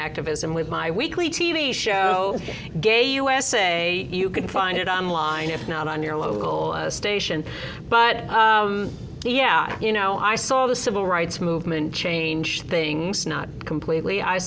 activism with my weekly t v show gay usa you can find it online if not on your local station but yeah you know i saw the civil rights movement change things not completely i